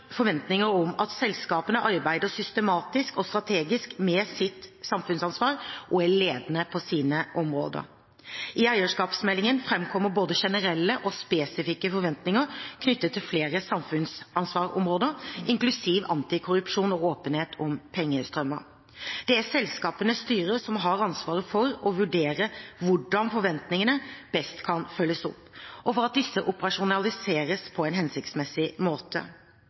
forventninger om at selskapene arbeider systematisk og strategisk med sitt samfunnsansvar og er ledende på sine områder. I eierskapsmeldingen fremkommer både generelle og spesifikke forventninger knyttet til flere samfunnsansvarsområder, inklusive antikorrupsjon og åpenhet om pengestrømmer. Det er selskapenes styrer som har ansvaret for å vurdere hvordan forventningene best kan følges opp, og for at disse operasjonaliseres på en hensiktsmessig måte.